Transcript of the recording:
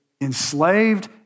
enslaved